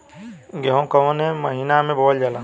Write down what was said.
गेहूँ कवने महीना में बोवल जाला?